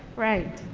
right.